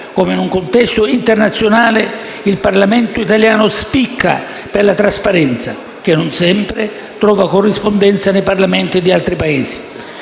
come in un contesto internazionale il Parlamento italiano spicchi per la trasparenza che, non sempre, trova corrispondenza nei Parlamenti di altri Paesi.